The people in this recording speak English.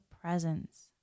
presence